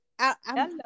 Hello